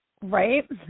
right